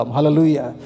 Hallelujah